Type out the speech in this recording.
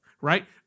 right